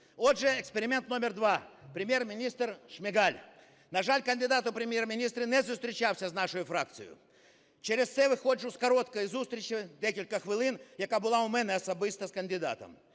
Отже, експеримент номер два – Прем'єр-міністр Шмигаль. На жаль, кандидат у Прем'єр-міністри не зустрічався з нашою фракцією. Через це виходжу з короткої зустрічі, декілька хвилин, яка була у мене особисто з кандидатом.